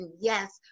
yes